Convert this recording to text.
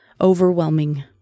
overwhelming